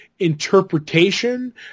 interpretation